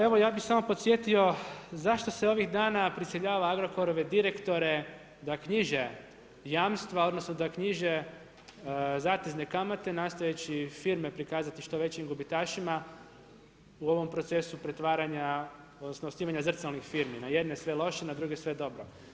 Evo ja bih samo podsjetio zašto se ovih dana prisiljava Agrokorove direktore da knjiže jamstva, odnosno da knjiže zatezne kamate nastojeći firme prikazati što većim gubitašima u ovom procesu pretvaranja, odnosno osnivanja zrcalnih firmi na jedne sve loše, na druge sve dobro.